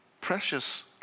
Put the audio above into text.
precious